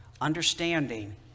Understanding